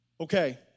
Okay